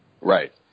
Right